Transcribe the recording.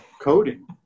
Coding